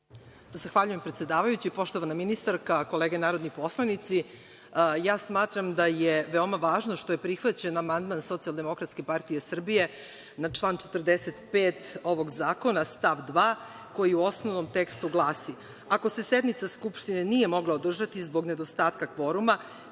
Zahvaljujem, predsedavajući. Poštovana ministarka, kolege narodni poslanici, ja smatram da je veoma važno što je prihvaćen amandman Socijaldemokratske partije Srbije na član 45. ovog zakona stav 2, koji u osnovnom tekstu glasi: „Ako se sednica skupštine nije mogla održati zbog nedostatka kvoruma,